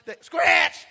Scratch